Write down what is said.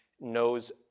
knows